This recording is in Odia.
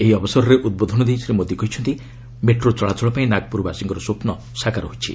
ଏହି ଅବସରରେ ଉଦ୍ବୋଧନ ଦେଇ ଶ୍ରୀ ମୋଦୀ କହିଛନ୍ତି ମେଟ୍ରୋ ଚଳାଚଳ ପାଇଁ ନାଗପୁରବାସୀଙ୍କ ସ୍ୱପ୍ନ ସାକାର ହୋଇଛି